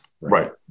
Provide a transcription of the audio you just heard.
Right